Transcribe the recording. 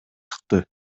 чыкты